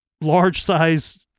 large-size